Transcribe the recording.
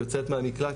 יוצאת מהמקלט,